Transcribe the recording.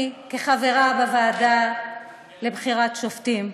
אני, כחברה בוועדה לבחירת שופטים,